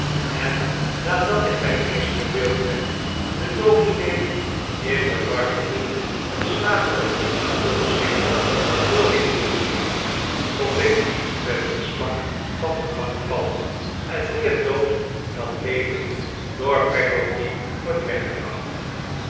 en nadat ik mij eerst verbeeld heb den domine in de warmte een slaperig liedje te hooren zingen hoor ik niets meer tot ik met een smak van de bank val en meer dood dan levend door peggotty word weggebracht